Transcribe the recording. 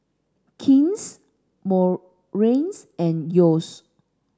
King's Morries and Yeo's